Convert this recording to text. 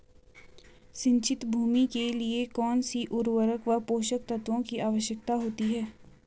सिंचित भूमि के लिए कौन सी उर्वरक व पोषक तत्वों की आवश्यकता होती है?